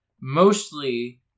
mostly